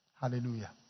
Hallelujah